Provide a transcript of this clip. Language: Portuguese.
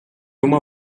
uma